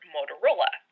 Motorola